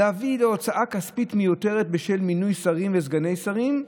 להביא להוצאה כספית מיותרת בשל מינוי שרים וסגני שרים,